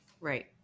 right